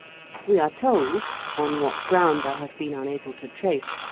we are told, on what ground i have been unable to trace,